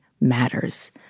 matters